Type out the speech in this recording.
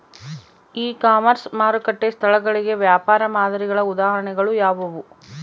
E commerce ಮಾರುಕಟ್ಟೆ ಸ್ಥಳಗಳಿಗೆ ವ್ಯಾಪಾರ ಮಾದರಿಗಳ ಉದಾಹರಣೆಗಳು ಯಾವುವು?